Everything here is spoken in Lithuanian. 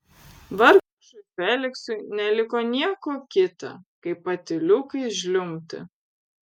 vargšui feliksui neliko nieko kita kaip patyliukais žliumbti